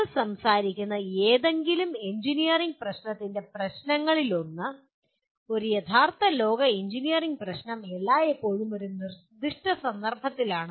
നിങ്ങൾ സംസാരിക്കുന്ന ഏതെങ്കിലും എഞ്ചിനീയറിംഗ് പ്രശ്നത്തിന്റെ പ്രശ്നങ്ങളിലൊന്ന് ഒരു യഥാർത്ഥ ലോക എഞ്ചിനീയറിംഗ് പ്രശ്നം എല്ലായ്പ്പോഴും ഒരു നിർദ്ദിഷ്ട സന്ദർഭത്തിലാണ്